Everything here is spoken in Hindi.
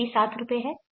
यह भी 7 रु है